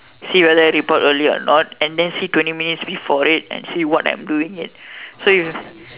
see whether I report early or not and then see twenty minutes before it and see what I'm doing it so you